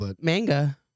manga